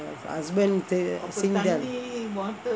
husband